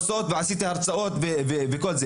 חופש הביטוי ועובר לקריאה להסתה ולאלימות אחד כלפי